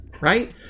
right